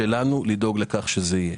שלנו לדאוג לכך שזה יהיה.